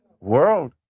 world